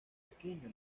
pequeño